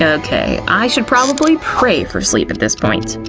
okay, i should probably pray for sleep at this point.